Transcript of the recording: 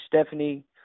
Stephanie